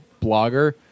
blogger